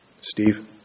Steve